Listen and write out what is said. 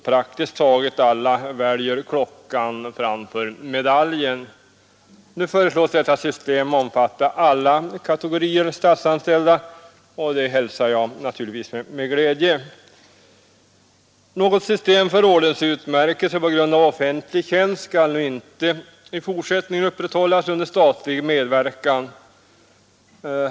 Praktiskt taget alla väljer klocka framför medalj. Nu föreslås detta system omfatta alla kategorier statsanställda, vilket jag naturligtvis hälsar med glädje. Något system för ordensutmärkelser på grund av offentlig tjänst skall inte i fortsättningen upprätthållas under statlig medverkan.